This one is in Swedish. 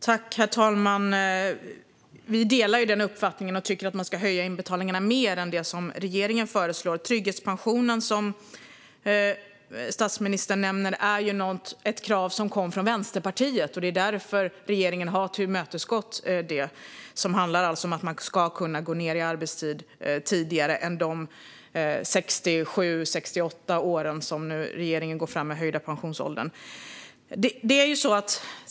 Herr talman! Vi delar uppfattningen, och vi tycker att inbetalningarna ska höjas mer än vad regeringen föreslår. Trygghetspensionen är ett krav som kom från Vänsterpartiet, och regeringen har tillmötesgått kravet, det vill säga att man ska kunna gå ned i arbetstid vid en lägre ålder än vid den höjda pensionsåldern 67-68 år.